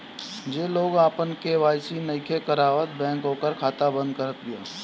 जे लोग आपन के.वाई.सी नइखे करावत बैंक ओकर खाता बंद करत बिया